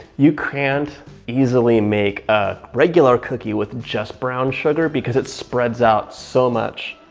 you can't easily make a regular cookie with just brown sugar, because it spreads out so much.